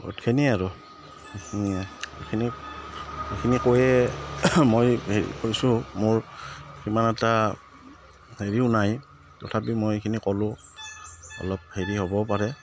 বহুতখিনিয়ে আৰু এইখিনিয়ে এইখিনি এইখিনি কৈয়ে মই হেৰি কৈছোঁ মোৰ সিমান এটা হেৰিও নাই তথাপি মই এইখিনি ক'লোঁ অলপ হেৰি হ'বও পাৰে